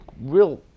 real